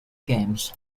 games